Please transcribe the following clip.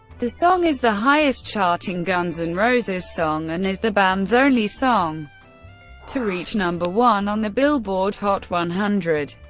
the song is the highest charting guns n' and roses song, and is the band's only song to reach number one on the billboard hot one hundred.